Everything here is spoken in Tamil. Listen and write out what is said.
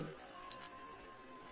இது ஒரு பொதுவான பிழை